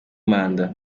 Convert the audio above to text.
manda